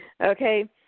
Okay